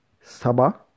saba